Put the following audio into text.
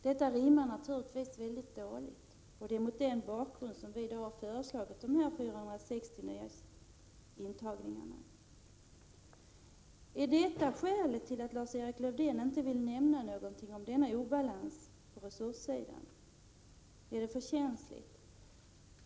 Det rimmar illa med behovet, och det är mot den bakgrunden som vi har föreslagit en intagning av 460 elever. Är det skälet till att Lars-Erik Lövdén inte vill nämna något om obalansen på resurssidan? Är det för känsligt?